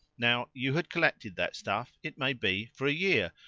now, you had collected that stuff, it may be, for a year,